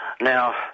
Now